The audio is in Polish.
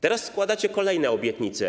Teraz składacie kolejne obietnice.